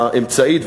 האמצעית,